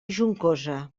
juncosa